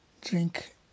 drink